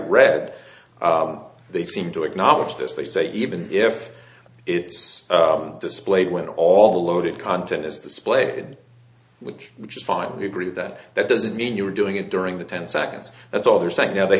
read they seem to acknowledge this they say even if it's displayed when all the loaded content is displayed which which is fine we agree that that doesn't mean you were doing it during the ten seconds that's all they're saying now they